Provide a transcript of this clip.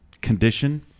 condition